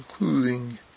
including